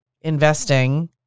investing